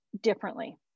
differently